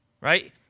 right